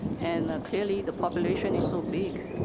and clearly the population is so big.